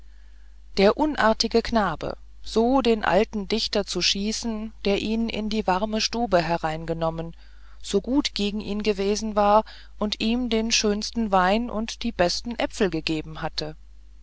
der unartige knabe so den alten dichter zu schießen der ihn in die warme stube hereingenommen so gut gegen ihn gewesen war und ihm den schönsten wein und die besten äpfel gegeben hatte